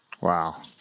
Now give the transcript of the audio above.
Wow